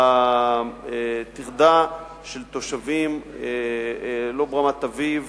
בטרדה של תושבים, לא ברמת-אביב